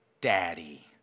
Daddy